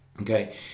Okay